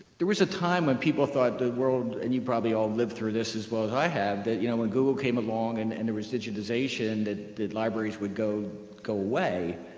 there was a time when people thought the world and you probably all lived through this as well i have that you know when google came along and and there was digitilization that libraries would go go away,